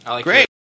great